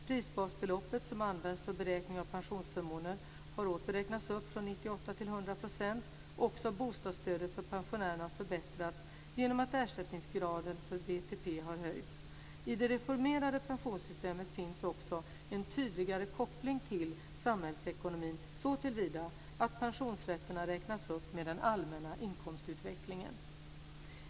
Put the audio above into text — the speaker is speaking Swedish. Prisbasbeloppet, som används för beräkning av pensionsförmåner, har åter räknats upp från 98 till 100 %. Också bostadsstödet för pensionärerna har förbättrats genom att ersättningsgraden för BTP har höjts. I det reformerade pensionssystemet finns också en tydligare koppling till samhällsekonomin såtillvida att pensionsrätterna räknas upp med den allmänna inkomstutvecklingen.